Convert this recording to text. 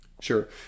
Sure